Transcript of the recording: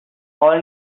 all